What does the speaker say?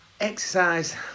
exercise